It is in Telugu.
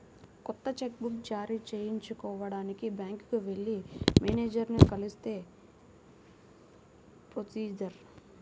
కొత్త చెక్ బుక్ జారీ చేయించుకోడానికి బ్యాంకుకి వెళ్లి మేనేజరుని కలిస్తే ప్రొసీజర్